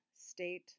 state